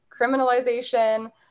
criminalization